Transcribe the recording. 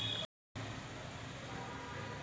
पिक कर्ज काढासाठी मले का करा लागन?